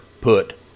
put